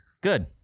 Good